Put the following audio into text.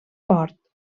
port